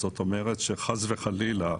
זאת אומרת שחס וחלילה,